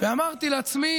ואמרתי לעצמי: